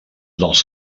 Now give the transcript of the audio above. dels